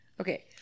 Okay